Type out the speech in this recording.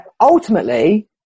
ultimately